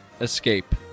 escape